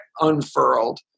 unfurled